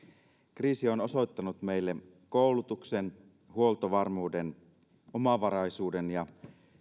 kriisi on osoittanut meille koulutuksen huoltovarmuuden omavaraisuuden ja